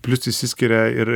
plius išsiskiria ir